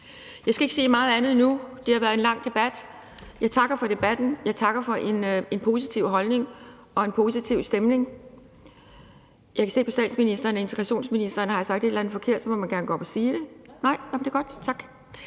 Jeg skal ikke sige så meget andet nu, end at det har været en lang debat. Jeg takker for debatten, jeg takker for en positiv holdning og en positiv stemning. Jeg kan sige til statsministeren og udlændinge- og integrationsministeren, at hvis jeg har sagt et eller andet forkert, må man gerne gå op og sige det. Nej – jamen det er godt. Tak.